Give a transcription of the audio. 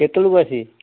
କେତେବେଳକୁ ଆସିବେ